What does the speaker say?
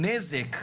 הוועדה,